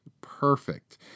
Perfect